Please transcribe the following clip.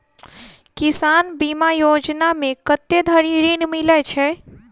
किसान बीमा योजना मे कत्ते धरि ऋण मिलय छै?